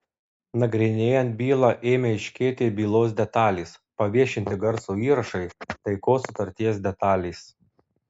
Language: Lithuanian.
nagrinėjant bylą ėmė aiškėti bylos detalės paviešinti garso įrašai taikos sutarties detalės